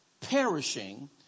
perishing